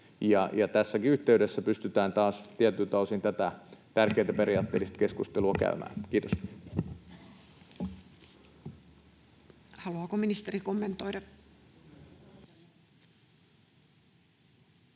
Tässäkin yhteydessä pystytään taas tietyiltä osin tätä tärkeätä, periaatteellista keskustelua käymään. — Kiitos.